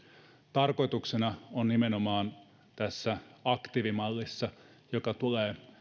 tarkoituksena tässä aktiivimallissa joka tulee